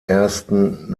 ersten